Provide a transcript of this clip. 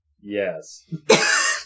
yes